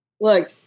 Look